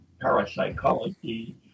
parapsychology